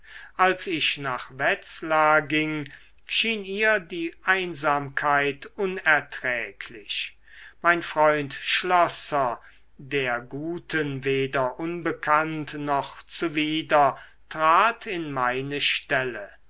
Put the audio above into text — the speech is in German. als ich nach wetzlar ging schien ihr die einsamkeit unerträglich mein freund schlosser der guten weder unbekannt noch zuwider trat in meine stelle